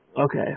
Okay